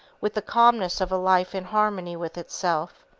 with the calmness of a life in harmony with itself,